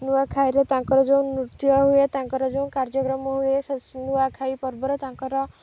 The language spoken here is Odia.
ନୂଆଖାଇରେ ତାଙ୍କର ଯେଉଁ ନୃତ୍ୟ ହୁଏ ତାଙ୍କର ଯୋଉଁ କାର୍ଯ୍ୟକ୍ରମ ହୁଏ ସେ ନୂଆଖାଇ ପର୍ବରେ ତାଙ୍କର